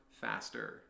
faster